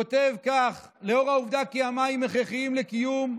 כותב כך: "לאור העובדה כי המים הכרחיים לקיום,